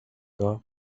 داغ